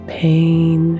pain